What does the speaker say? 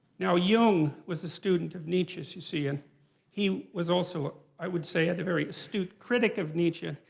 now jung was a student of nietzsche's, you see, and he was also, i would say, a very astute critic of nietzsche.